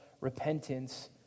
repentance